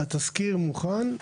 התזכיר מוכן.